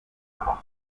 trois